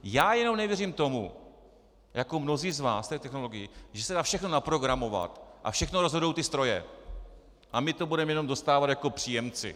Já jenom nevěřím tomu jako mnozí z vás, té technologii, že se dá všechno naprogramovat a všechno rozhodují stroje a my to budeme jenom dostávat jako příjemci.